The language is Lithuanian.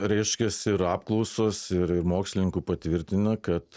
reiškias ir apklausos ir ir mokslininkų patvirtina kad